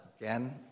Again